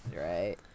Right